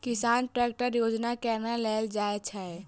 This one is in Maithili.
किसान ट्रैकटर योजना केना लेल जाय छै?